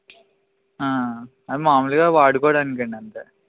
మామూలుగా వాడుకోవడానికి అండి అంతే